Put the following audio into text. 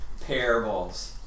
parables